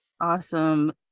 Awesome